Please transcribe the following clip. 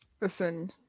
Listen